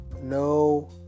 No